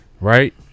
Right